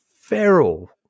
feral